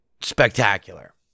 spectacular